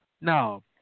Now